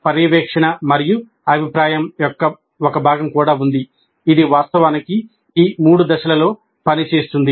పర్యవేక్షణ మరియు అభిప్రాయం యొక్క ఒక భాగం కూడా ఉంది ఇది వాస్తవానికి ఈ మూడు దశలలో పనిచేస్తుంది